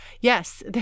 Yes